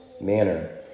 manner